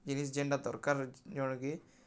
ଜିନିଷ୍ ଯେନ୍ଟା ଦର୍କାର୍ ଅଛେ ଜଣ୍କେ